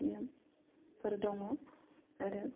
फोर दङ आरो